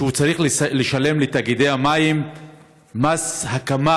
שהוא צריך לשלם לתאגידי המים מס הקמה